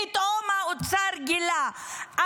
פתאום האוצר גילה,